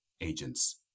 agents